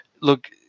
look